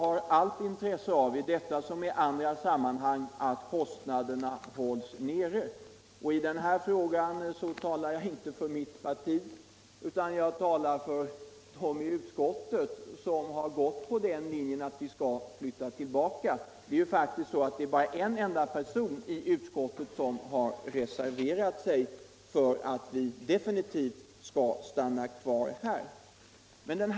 Fru talman! Jag har i detta som i andra sammanhang allt intresse av att kostnaderna hålls nere. I denna fråga talar jag inte bara för mitt parti utan också för utskottsmajoriteten som gått på linjen att vi skall flytta tillbaka till Helgeandsholmen. Det är faktiskt bara en enda person i utskottet som har reserverat sig för att vi definitivt skall stanna kvar här. "Fru talman!